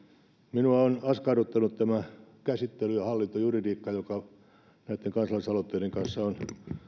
minua on askarruttanut tämä käsittely ja hallintojuridiikka joka näitten kansalaisaloitteiden kanssa on